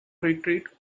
retreat